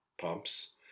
pumps